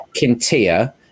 Kintia